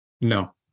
No